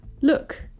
look